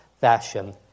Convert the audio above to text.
fashion